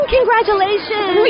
Congratulations